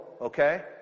okay